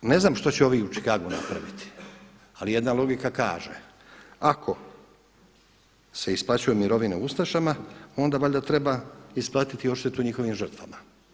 E sada, ne znam što će ovi u Čikagu napraviti ali jedna logika kaže ako se isplaćuju mirovine ustašama, onda valjda treba isplatiti i odštetu njihovim žrtvama.